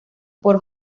por